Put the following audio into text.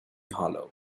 hollow